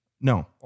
No